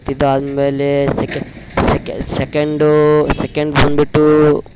ಇದಾದಮೇಲೇ sec sec second second ಬಂದುಬಿಟ್ಟೂ